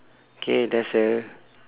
K there's a